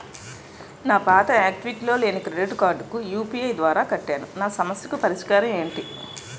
నా పాత యాక్టివ్ లో లేని క్రెడిట్ కార్డుకు యు.పి.ఐ ద్వారా కట్టాను నా సమస్యకు పరిష్కారం ఎంటి?